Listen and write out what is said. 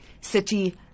city